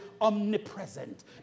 omnipresent